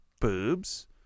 boobs